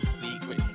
secret